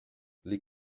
les